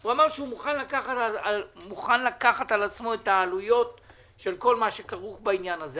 שהוא מוכן לקחת על עצמו את העלויות של כל הכרוך בעניין הזה.